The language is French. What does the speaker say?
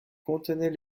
contenait